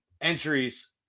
entries